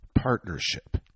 partnership